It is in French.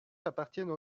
appartiennent